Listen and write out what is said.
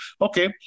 Okay